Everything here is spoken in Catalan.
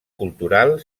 cultural